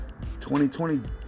2020